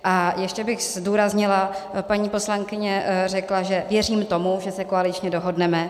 A ještě bych zdůraznila, paní poslankyně řekla věřím tomu, že se koaličně dohodneme.